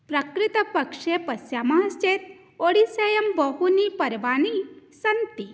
प्रकृतपक्षे पश्यामः चेत् ओडिसायां बहूनि पर्वाणि सन्ति